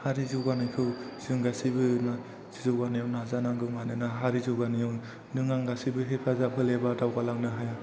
हारि जौगानायखौ जों गासैबो जौगानायाव नाजानांगौ मानोना हारि जौगानायाव नों आं गासैबो हेफाजाब होलायाबा दावगालांनो हाया